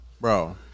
Bro